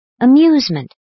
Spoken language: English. amusement